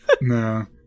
no